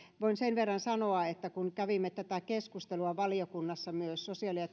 voin sen verran sanoa että kun kävimme tätä keskustelua valiokunnassa myös sosiaali ja